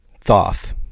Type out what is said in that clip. Thoth